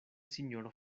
sinjoro